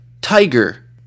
Tiger